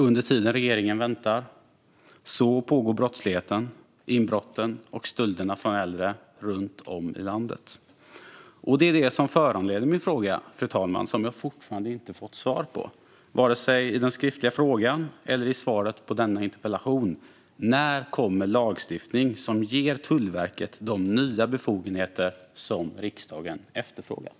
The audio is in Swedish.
Under tiden som regeringen väntar pågår brottsligheten, inbrotten och stölderna från äldre runt om i landet. Det är det som föranleder min fråga, fru talman, som jag fortfarande inte fått svar på, vare sig i svaret på den skriftliga frågan eller i svaret på denna interpellation: När kommer lagstiftning som ger Tullverket de nya befogenheter som riksdagen efterfrågat?